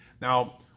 Now